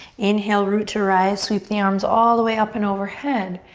inhale, root to rise. sweep the arms all the way up and overhead.